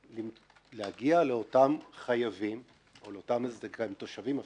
מבקשים להגיע לאותם חייבים או לאותם תושבים,